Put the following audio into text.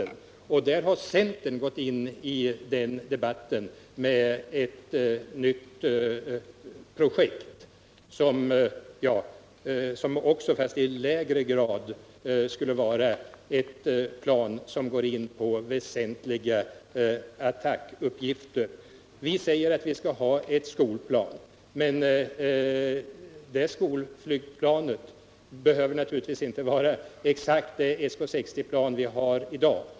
Centern har i debatten fört fram tanken på ett nytt projekt som också, om än i mindre utsträckning, skulle ge ett plan som får väsentliga attackuppgifter. Vi säger att vi skall ha ett skolflygplan. Men det skolflygplanet behöver naturligtvis inte vara det SK 60-plan som vi har i dag.